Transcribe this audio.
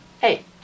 Hey